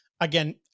Again